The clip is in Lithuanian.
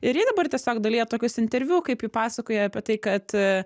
ir ji dabar tiesiog dalyja tokius interviu kaip ji pasakoja apie tai kad